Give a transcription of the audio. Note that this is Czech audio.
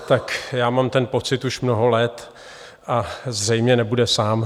Tak já mám ten pocit už mnoho let a zřejmě nebude sám.